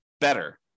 better